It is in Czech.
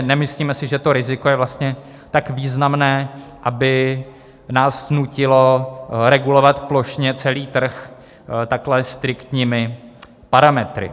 Nemyslíme si, že to riziko je vlastně tak významné, aby nás nutilo regulovat plošně celý trh takhle striktními parametry.